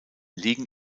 liegen